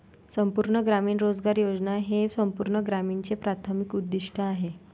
संपूर्ण ग्रामीण रोजगार योजना हे संपूर्ण ग्रामीणचे प्राथमिक उद्दीष्ट आहे